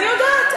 אני יודעת.